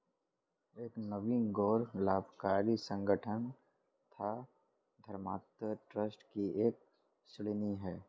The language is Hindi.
एक नींव गैर लाभकारी संगठन या धर्मार्थ ट्रस्ट की एक श्रेणी हैं